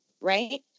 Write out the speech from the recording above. right